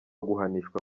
guhanishwa